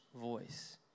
voice